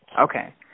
Okay